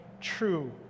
true